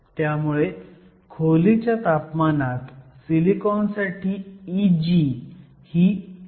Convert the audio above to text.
त्यामुळे खोलीच्या तापमानात सिलिकॉनसाठी Eg ही 1